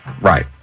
Right